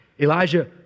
Elijah